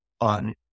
on